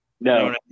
No